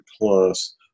plus